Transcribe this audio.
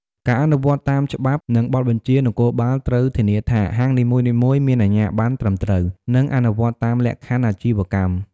ការអនុវត្តតាមច្បាប់ និងបទបញ្ជា នគរបាលត្រូវធានាថា ហាងនីមួយៗមានអាជ្ញាបណ្ណត្រឹមត្រូវ និងអនុវត្តតាមលក្ខខណ្ឌអាជីវកម្ម។